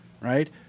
right